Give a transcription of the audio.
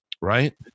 right